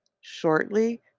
shortly